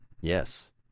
Yes